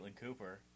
Cooper